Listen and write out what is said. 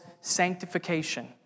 sanctification